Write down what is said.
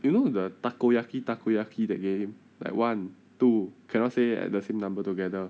you know the takoyaki takoyaki that game like one two cannot say at the same number together